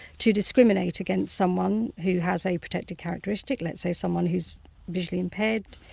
to discriminate against someone who has a protected characteristic, let's say someone who's visually impaired,